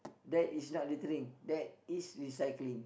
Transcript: that is not littering that is recycling